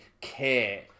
care